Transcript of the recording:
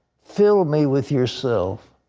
fill me with yourself.